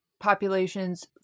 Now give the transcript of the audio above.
populations